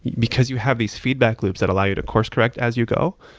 because you have these feedback loops that allow you to course correct as you go,